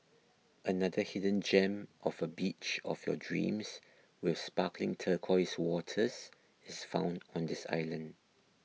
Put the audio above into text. another hidden gem of a beach of your dreams with sparkling turquoise waters is found on this island